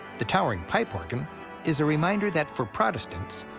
the towering pipe organ is a reminder that, for protestants,